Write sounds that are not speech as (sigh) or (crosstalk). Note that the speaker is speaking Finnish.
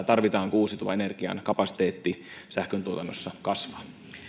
(unintelligible) tarvitaan kun uusiutuvan energian kapasiteetti sähköntuotannossa kasvaa